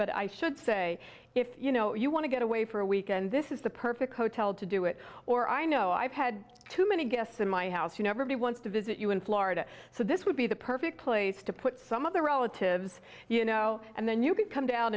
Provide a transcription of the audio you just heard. but i should say if you know you want to get away for a weekend this is the perfect hotel to do it or i know i've had too many guests in my house you never be wants to visit you in florida so this would be the perfect place to put some of their relatives you know and then you could come down